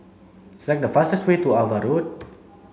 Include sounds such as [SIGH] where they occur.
select the fastest way to Ava Road [NOISE]